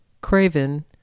Craven